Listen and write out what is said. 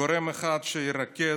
גורם אחד שירכז,